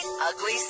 Ugly